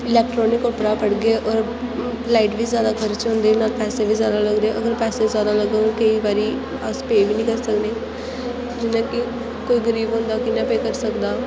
electronic उप्परा पढगे और लाईट बी जैदा खर्च होंदी और पैसै बी जैदा लग्गदे अगर पैसे जैदा लगग केईं बारी अस पे बी नेईं करी सकने जियां कि कोई गरीब होंदा कि'यां पे करी सकदा